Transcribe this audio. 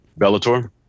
Bellator